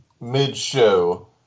mid-show